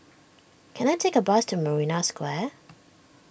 can I take a bus to Marina Square